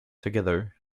together